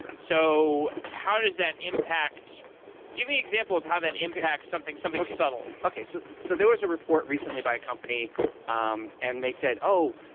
so how does that impact give me an example of how that impacts something something subtle. okay. so so there was a report recently by a company um and they said, oh,